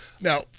Now